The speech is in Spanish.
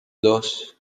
dos